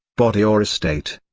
body or estate.